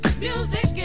Music